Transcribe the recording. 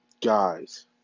Guys